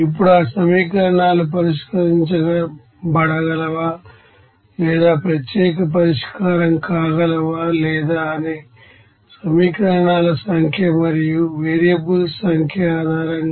ఇప్పుడు ఈ సమీకరణాలు పరిష్కరించబడగలవా లేదా ప్రత్యేక పరిష్కారం కాగలవా లేదా అనే నెంబర్ అఫ్ ఈక్వేషన్స్ మరియు వేరియబుల్స్ సంఖ్య ఆధారంగా